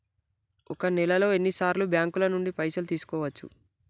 ఒక నెలలో ఎన్ని సార్లు బ్యాంకుల నుండి పైసలు తీసుకోవచ్చు?